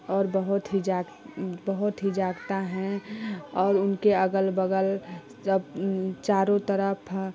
और बहुत ही बहुत ही जागता हैं और उनके अगल बगल सब चारों तरफ था